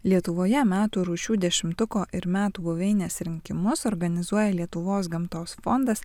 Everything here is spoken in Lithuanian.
lietuvoje metų rūšių dešimtuko ir metų buveinės rinkimus organizuoja lietuvos gamtos fondas